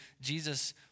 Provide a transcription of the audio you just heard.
Jesus